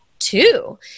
two